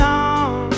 on